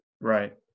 Right